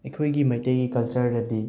ꯑꯩꯈꯣꯏꯒꯤ ꯃꯩꯇꯩꯒꯤ ꯀꯜꯆꯔꯗꯗꯤ